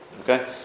Okay